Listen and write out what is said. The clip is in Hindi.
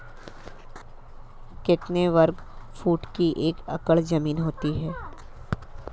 कितने वर्ग फुट की एक एकड़ ज़मीन होती है?